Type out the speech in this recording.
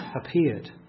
appeared